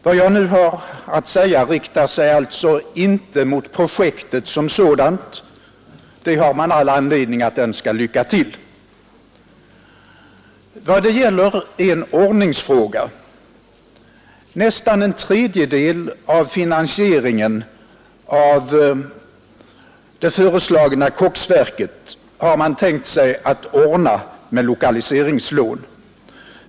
Vad jag nu har att säga riktar sig alltså inte mot projektet såsom sådant; det har man all anledning att önska lycka till. Vad det gäller är en ordningsfråga. Nästan en tredjedel av finansieringen av det föreslagna koksverket har man tänkt sig att ordna med lokaliseringslån.